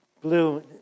blue